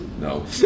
No